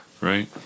Right